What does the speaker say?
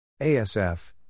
ASF